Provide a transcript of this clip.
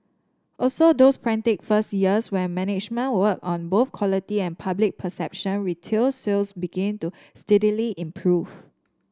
after those frantic first years when management worked on both quality and public perception retail sales began to steadily improve